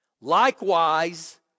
Likewise